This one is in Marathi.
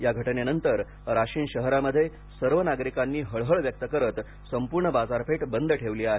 या घटनेनंतर राशिन शहरामध्ये सर्व नागरिकांनी हळहळ व्यक्त करत संपूर्ण बाजारपेठ बंद ठेवली आहे